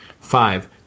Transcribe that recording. Five